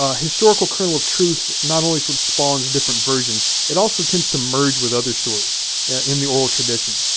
ah historical kernel of truth, not only sort of spawns different versions, it also tends to merge with other stories in the oral tradition.